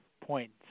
point's